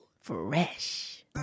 Fresh